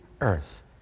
earth